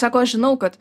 sako aš žinau kad